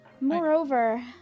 Moreover